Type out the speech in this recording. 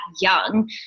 young